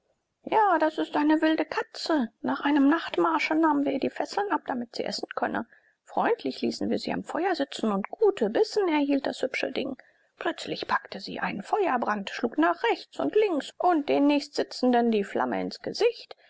ja das ist eine wilde katze nach einem nachtmarsche nahmen wir ihr die fesseln ab damit sie essen könne freundlich ließen wir sie am feuer sitzen und gute bissen erhielt das hübsche ding plötzlich packte sie einen feuerbrand schlug nach rechts und links und den zunächst sitzenden die flamme ins gesicht